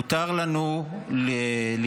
מותר לנו לכעוס,